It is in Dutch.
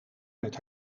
met